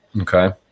Okay